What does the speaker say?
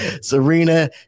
Serena